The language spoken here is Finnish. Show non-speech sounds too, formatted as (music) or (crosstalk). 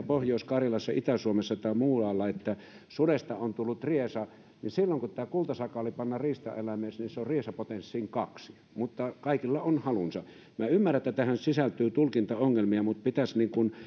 (unintelligible) pohjois karjalassa itä suomessa tai muualla sitä mieltä että sudesta on tullut riesa niin sitten kun tämä kultasakaali pannaan riistaeläimeksi niin se on riesa potenssiin kaksi mutta kaikilla on halunsa minä ymmärrän että tähän sisältyy tulkintaongelmia mutta pitäisi